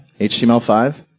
HTML5